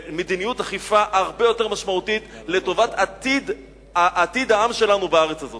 מדיניות אכיפה הרבה יותר משמעותית לטובת עתיד העם שלנו בארץ הזאת.